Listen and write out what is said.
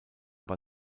bei